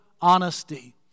honesty